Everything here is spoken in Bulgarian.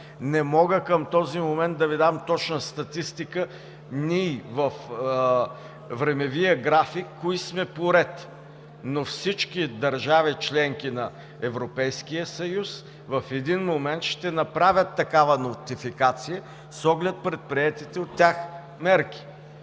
Не мога към този момент да Ви дам точна статистика ние във времевия график кои сме поред, но всички държави – членки на Европейския съюз, в един момент ще направят такава нотификация с оглед предприетите от тях мерки.